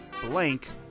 blank